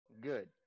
Good